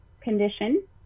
condition